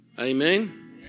Amen